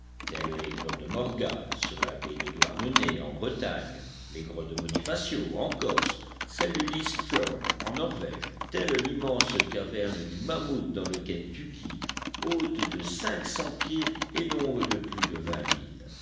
les grottes de morgat sur la baie de douarnenez en bretagne les grottes de bonifacio en corse celles du lysefjord en norvège telle l'immense caverne du mammouth dans le kentucky haute de cinq cents pieds et longue de plus de